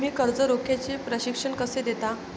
तुम्ही कर्ज रोख्याचे प्रशिक्षण कसे देता?